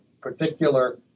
particular